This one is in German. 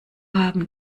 haben